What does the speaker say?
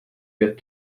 beat